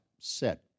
set